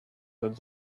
that